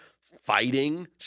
fighting